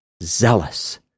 zealous